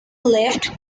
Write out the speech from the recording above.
left